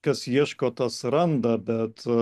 kas ieško tas randa bet